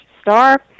Star